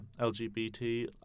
LGBT